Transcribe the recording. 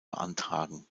beantragen